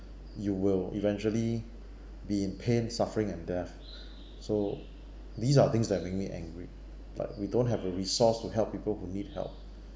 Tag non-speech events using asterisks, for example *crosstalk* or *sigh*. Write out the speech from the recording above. you will eventually be in pain suffering and death *breath* so these are things that make me angry like we don't have the resource to help people who need help